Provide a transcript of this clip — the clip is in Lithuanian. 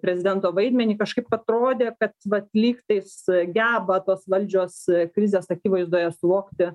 prezidento vaidmenį kažkaip atrodė kad vat lygtais geba tos valdžios krizės akivaizdoje suvokti